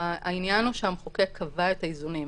העניין הוא שהמחוקק קבע את האיזונים.